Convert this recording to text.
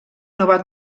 nova